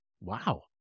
wow